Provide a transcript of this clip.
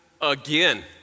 again